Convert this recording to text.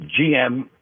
GM